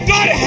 God